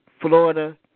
Florida